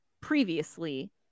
previously